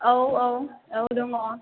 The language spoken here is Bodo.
औ औ औ दङ